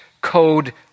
Code